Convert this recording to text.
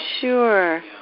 sure